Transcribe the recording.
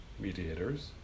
Mediators